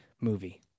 movie